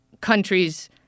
countries